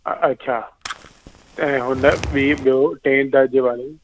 अच्छा ऐं हुन बि ॿियों टे दरिजे वारो